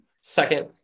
Second